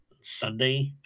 Sunday